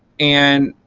and